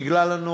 נגלה לנו